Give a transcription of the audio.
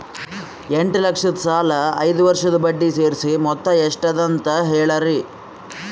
ಎಂಟ ಲಕ್ಷ ಸಾಲದ ಐದು ವರ್ಷದ ಬಡ್ಡಿ ಸೇರಿಸಿ ಮೊತ್ತ ಎಷ್ಟ ಅದ ಅಂತ ಹೇಳರಿ?